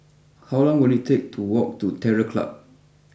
how long will it take to walk to Terror Club